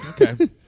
Okay